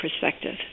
perspective